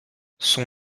son